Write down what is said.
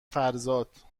فرزاد